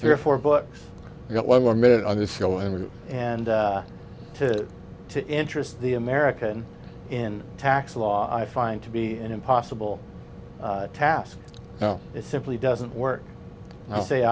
three or four books you know one more minute on this show and and to to interest the american in tax law i find to be an impossible task you know it simply doesn't work i'll say